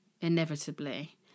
inevitably